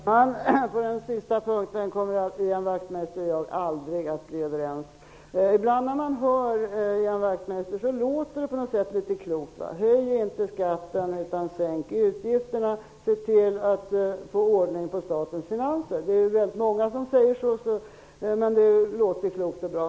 Fru talman! På den sista punkten kommer Ian Wachtmeister och jag aldrig att bli överens. Ibland när man hör Ian Wachtmeister låter det på något sätt litet klokt -- höj inte skatten utan sänk utgifterna, se till att få ordning på statens finanser. Det är väldigt många som säger så och det låter klokt och bra.